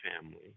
family